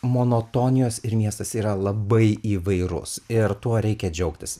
monotonijos ir miestas yra labai įvairus ir tuo reikia džiaugtis